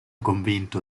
convinto